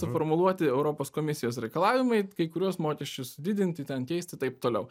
suformuluoti europos komisijos reikalavimai kai kuriuos mokesčius didinti ten keisti taip toliau